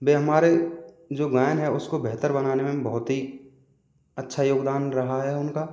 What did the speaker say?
वह हमारे जो गायन है उसको बेहतर बनाने में अच्छा योगदान रहा है उनका